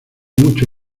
mucho